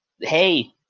Hey